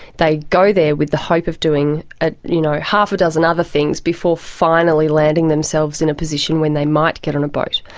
they go there with the hope of doing ah you know half a dozen other things before finally landing themselves in a position when they might get on a boat.